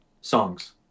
songs